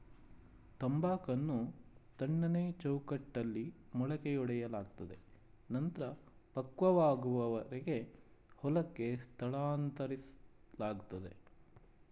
ತಂಬಾಕನ್ನು ತಣ್ಣನೆ ಚೌಕಟ್ಟಲ್ಲಿ ಮೊಳಕೆಯೊಡೆಯಲಾಗ್ತದೆ ನಂತ್ರ ಪಕ್ವವಾಗುವರೆಗೆ ಹೊಲಕ್ಕೆ ಸ್ಥಳಾಂತರಿಸ್ಲಾಗ್ತದೆ